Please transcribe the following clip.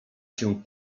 się